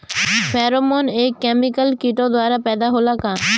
Pheromone एक chemical किटो द्वारा पैदा होला का?